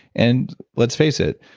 and let's face it.